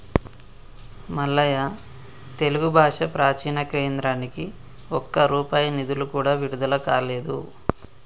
మల్లయ్య తెలుగు భాష ప్రాచీన కేంద్రానికి ఒక్క రూపాయి నిధులు కూడా విడుదల కాలేదు